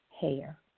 Hair